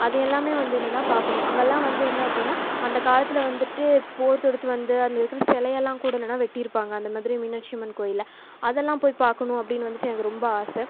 அது எல்லாமே வந்து என்னென்னா பார்க்கணும் அங்கல்லாம் வந்து என்ன அப்படின்னா அந்த காலத்தில் வந்துவிட்டு போர் தொடுத்து வந்து அந்த இருக்கிற சிலையெல்லாம் கூட என்னென்னா வெட்டிருப்பாங்க அந்த மாதிரி மீனாட்சி அம்மன் கோயிலில் அதெல்லாம் போய் பார்க்கணும் அப்படின்னு வந்துவிட்டு எனக்கு ரொம்ப ஆசை